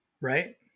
right